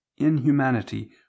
inhumanity